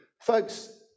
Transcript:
Folks